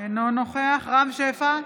אינו נוכח רם שפע,